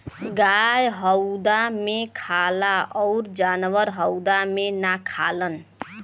गाय हउदा मे खाला अउर जानवर हउदा मे ना खालन